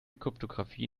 kryptographie